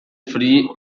free